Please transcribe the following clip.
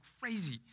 crazy